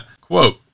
Quote